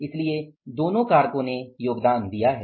इसलिए दोनों कारकों ने योगदान दिया है